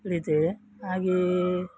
ಹಿಡಿತೇವೆ ಹಾಗೆಯೇ